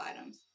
items